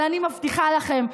אבל אני מבטיחה לכם,